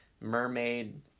mermaid